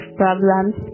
problems